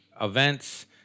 events